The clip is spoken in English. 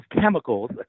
chemicals